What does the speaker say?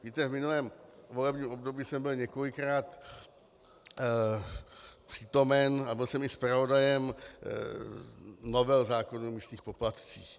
Víte, v minulém volebním období jsem byl několikrát přítomen a byl jsem i zpravodajem novel zákonů o místních poplatcích.